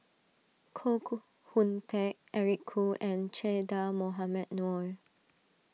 Koh Hoon Teck Eric Khoo and Che Dah Mohamed Noor